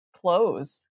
clothes